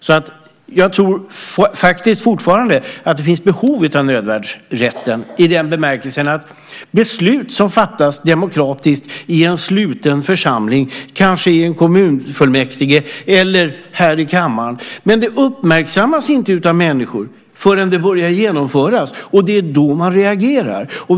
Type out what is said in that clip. Jag tror faktiskt fortfarande att det finns behov av nödvärnsrätten i den bemärkelsen att beslut som fattas demokratiskt i en sluten församling, kanske i kommunfullmäktige eller här i kammaren, inte uppmärksammas av människor förrän de börjar genomföras. Det är då man reagerar.